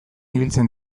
ibiltzen